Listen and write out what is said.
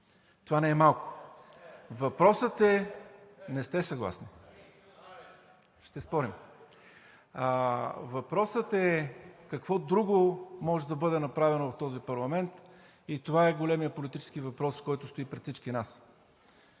„Това не е вярно.“) Не сте съгласни, ще спорим. Въпросът е какво друго може да бъде направено в този парламент и това е големият политически въпрос, който стои пред всички нас.